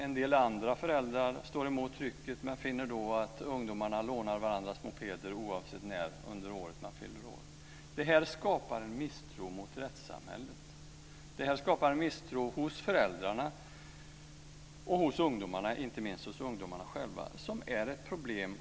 En del andra föräldrar står emot trycket, men finner då att ungdomarna lånar varandras mopeder oavsett när under året de fyller år. Det skapar en misstro mot rättssamhället. Det skapar en misstro hos föräldrarna och inte minst hos ungdomarna själva. Det är ett problem.